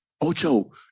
Ocho